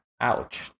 Ouch